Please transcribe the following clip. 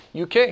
UK